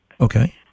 Okay